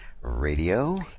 Radio